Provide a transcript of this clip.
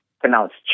pronounced